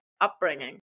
upbringing